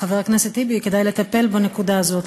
חבר הכנסת טיבי, כדאי לטפל בנקודה הזאת.